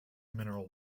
mineral